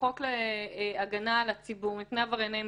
בחוק ההגנה על הציבור מפני עבירות מין?